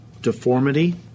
deformity